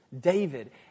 David